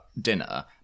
Dinner